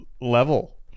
level